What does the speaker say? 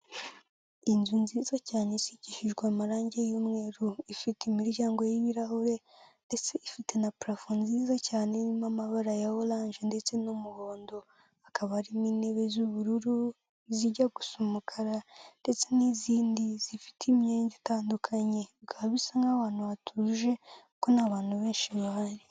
Inzu nziza cyane isigishijwe amarange y'umweru, ifite imiryango y'ibirahure ndetse ifite na parafo nziza cyane irimo amabara ya oranje ndetse n'umuhondo, hakaba harimo intebe z'ubururu zijya gusa umukara ndetse n'izindi zifite imyenge itandukanye bikaba bisa nk'aho aho hantu hatuje kuko nta bantu benshi bahari.